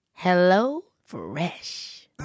HelloFresh